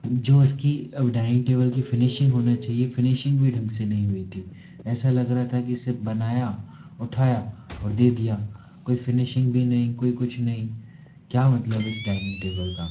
जो इसकी dining table की फिनिशिंग होना चाहिए फिनिशिंग भी ढंग से नई हुई थी ऐसा लग रहा था कि इसे बनाया उठाया और दे दिया कोई फिनिशिंग भी नहीं कोई कुछ नई क्या मतलब इस डाइनिंग टेबल का